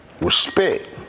respect